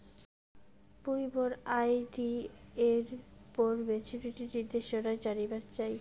মুই মোর আর.ডি এর মোর মেচুরিটির নির্দেশনা জানিবার চাই